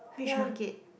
which market